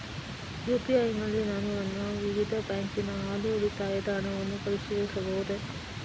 UPI ನಲ್ಲಿ ನಾನು ನನ್ನ ವಿವಿಧ ಬ್ಯಾಂಕಿನ ಹಾಲಿ ಉಳಿತಾಯದ ಹಣವನ್ನು ಪರಿಶೀಲಿಸಬಹುದೇ?